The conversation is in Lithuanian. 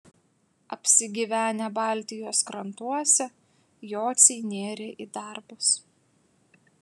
apsigyvenę baltijos krantuose jociai nėrė į darbus